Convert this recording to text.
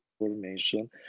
information